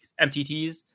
MTTs